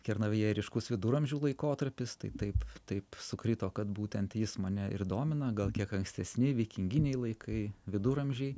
kernavėje ryškus viduramžių laikotarpis tai taip taip sukrito kad būtent jis mane ir domina gal kiek ankstesni vikinginiai laikai viduramžiai